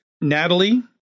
Natalie